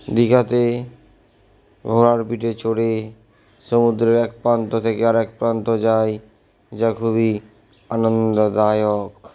দিঘাতে ঘোড়ার পিঠে চড়ে সমুদ্রের এক প্রান্ত থেকে আরেক প্রান্ত যাই যা খুবই আনন্দদায়ক